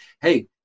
hey